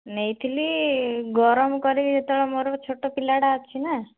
ନେଇଥିଲି ଗରମ କରିବି ଯେତେବେଳେ ମୋର ଗୋଟେ ଛୋଟ ପିଲାଟା ଅଛିନା